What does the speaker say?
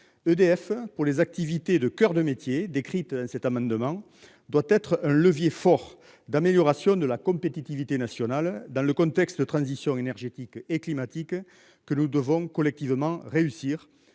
EDF pour les activités de coeur de métier. Cet amendement doit être un levier fort d'amélioration de la compétitivité nationale dans le contexte de transition énergétique et climatique que nous devons collectivement réussir.